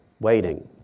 waiting